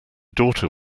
daughter